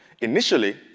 Initially